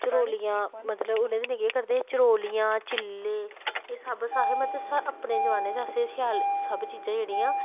चरोलियां मतलब उ'नें दिनें केह् करदे चरोलियां चिल्ले एह् सब असें मतलब अपने जमाने च असें शैल सब चीजां जेह्ड़ियां